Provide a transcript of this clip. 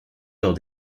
lors